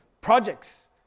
projects